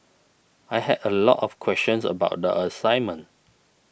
I had a lot of questions about the assignment